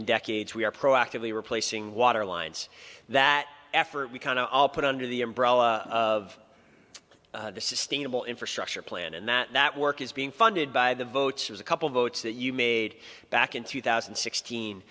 in decades we are proactively replacing water lines that effort we can all put under the umbrella of sustainable infrastructure plan and that work is being funded by the votes as a couple votes that you made back in two thousand and sixteen